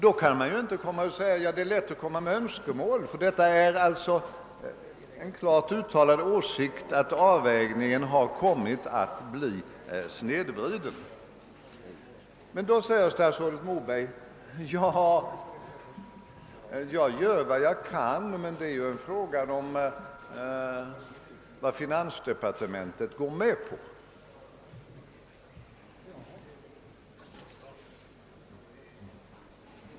Då kan ju statsrådet inte gärna komma och säga att det är lätt att föra fram önskemål; herr Källstads interpellation innebär den klart uttalade åsikten att avvägningen har kommit att bli snedvriden. Herr Moberg svarar då: Jag gör vad jag kan, men det är en fråga om vad finansdepartementet går med på.